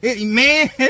Man